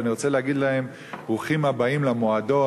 ואני רוצה להגיד להם: ברוכים הבאים למועדון.